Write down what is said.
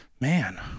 man